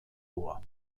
vor